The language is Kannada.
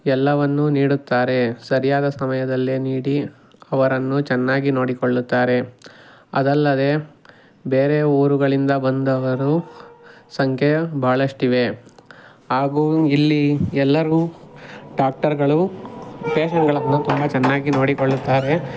ಎಲ್ಲವನ್ನೂ ನೀಡುತ್ತಾರೆ ಸರಿಯಾದ ಸಮಯದಲ್ಲಿ ನೀಡಿ ಅವರನ್ನು ಚೆನ್ನಾಗಿ ನೋಡಿಕೊಳ್ಳುತ್ತಾರೆ ಅದಲ್ಲದೆ ಬೇರೆ ಊರುಗಳಿಂದ ಬಂದವರು ಸಂಖ್ಯೆ ಬಹಳಷ್ಟಿವೆ ಹಾಗೂ ಇಲ್ಲಿ ಎಲ್ಲರೂ ಡಾಕ್ಟರ್ಗಳು ಪೇಷೆಂಟ್ಗಳನ್ನು ತುಂಬ ಚೆನ್ನಾಗಿ ನೋಡಿಕೊಳ್ಳುತ್ತಾರೆ